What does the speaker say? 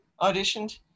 auditioned